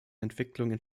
entwicklungen